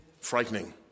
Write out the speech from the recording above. frightening